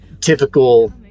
typical